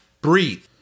Breathe